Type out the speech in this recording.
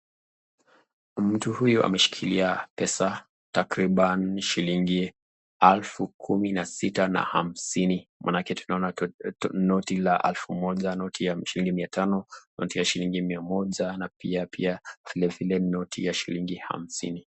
Mtu huyu ameshikilia pesa takriban shilingi elfu kumi na sita na hamsini, manake tunaona noti la elfu moja, noti ya mia tano, noti ya shilingi mia moja, na pia noti ya shilingi hamsini.